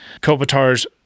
Kopitar's